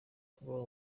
kuba